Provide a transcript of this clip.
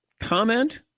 comment